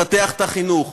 לפתח את החינוך,